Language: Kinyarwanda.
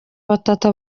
batatu